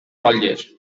rotlles